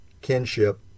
Kinship